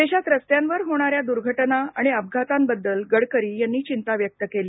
देशात रस्त्यांवर होणाऱ्या दुर्घटना अपघातांबद्दल गडकरी यांनी चिंता व्यक्त केली